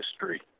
history